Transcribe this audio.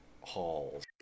halls